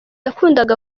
yakundaga